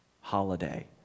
holiday